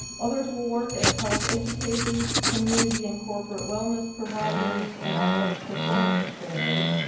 others will work as health educators, community and corporate wellness providers, and athletic performance trainers,